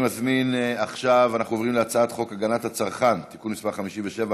אנחנו עוברים להצעת חוק הגנת הצרכן (תיקון מס' 57)